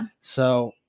So-